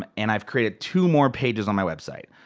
um and i've created two more pages on my website.